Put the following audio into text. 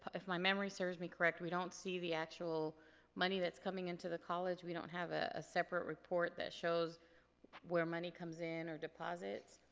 if my memory serves me correct, we don't see the actual money that's coming into the college. we don't have a separate report that shows where money comes in or deposits.